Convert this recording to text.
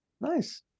Nice